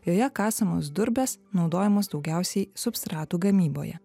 joje kasamos durpės naudojamos daugiausiai substratų gamyboje